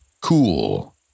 Cool